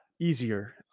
easier